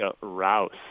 Rouse